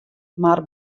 mar